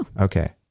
okay